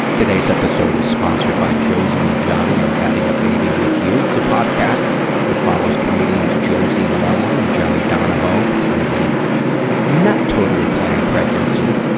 today's episode is sponsored by josie and jonny are having a baby with you. it's a podcast that follows comedians josie long and jonny donahoe through the not totally planned pregnancy,